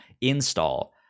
install